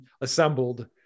assembled